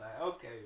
okay